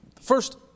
first